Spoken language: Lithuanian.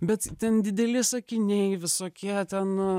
bet ten dideli sakiniai visokie ten